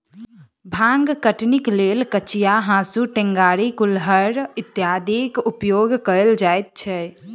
भांग कटनीक लेल कचिया, हाँसू, टेंगारी, कुरिहर इत्यादिक उपयोग कयल जाइत छै